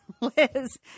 Liz